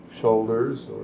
shoulders